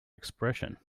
expression